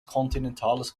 kontinentales